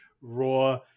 raw